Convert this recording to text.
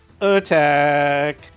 attack